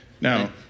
Now